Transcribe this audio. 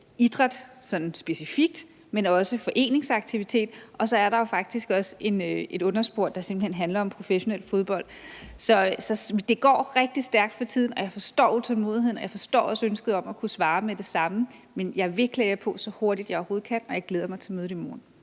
idrætten specifikt, men også foreningsaktiviteter, og så er der faktisk også et underspor, der simpelt hen handler om professionel fodbold. Så det går rigtig stærkt for tiden, og jeg forstår utålmodigheden, og jeg forstår også ønsket om at kunne svare med det samme. Men jeg vil klæde jer på så hurtigt, jeg overhovedet kan, og jeg glæder mig til mødet i morgen.